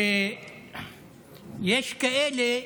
שיש כאלה